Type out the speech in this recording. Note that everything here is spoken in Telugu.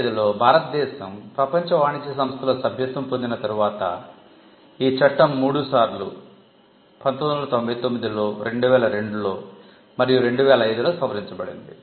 1995 లో భారతదేశం ప్రపంచ వాణిజ్య సంస్థలో సభ్యత్వం పొందిన తరువాత ఈ చట్టం మూడుసార్లు 1999 లో 2002 లో మరియు 2005 లో సవరించబడింది